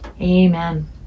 Amen